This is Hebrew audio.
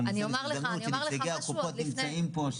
אני מנצל הזדמנות שנציגי הקופות נמצאים פה,